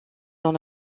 dans